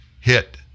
hit